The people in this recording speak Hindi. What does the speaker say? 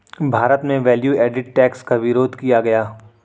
भारत में वैल्यू एडेड टैक्स का विरोध किया गया